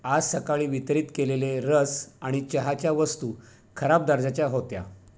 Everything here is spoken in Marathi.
आज सकाळी वितरित केलेले रस आणि चहाच्या वस्तू खराब दर्जाच्या होत्या